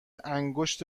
انگشت